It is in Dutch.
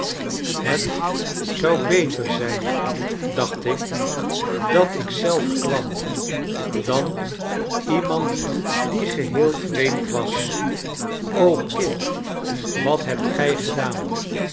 het zou beter zijn dacht ik dat ik zelf kwam dan iemand die geheel vreemd was kit wat hebt gij gedaan